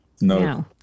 No